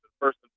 first